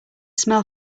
smell